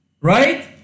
right